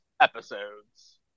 episodes